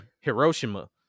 Hiroshima